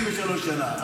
53 שנה.